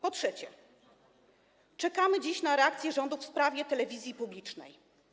Po trzecie, czekamy dziś na reakcję rządu w sprawie telewizji publicznej.